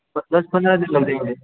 दस पंद्रह दिन लग जाएंगे